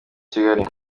kigali